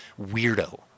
weirdo